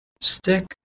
stick